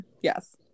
yes